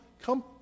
come